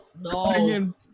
no